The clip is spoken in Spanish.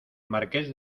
marqués